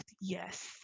yes